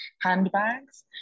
handbags